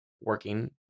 working